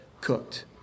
cooked